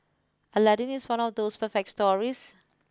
Aladdin is one of those perfect stories